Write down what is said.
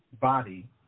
body